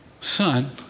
son